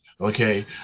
Okay